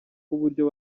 uburyo